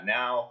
now